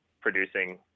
producing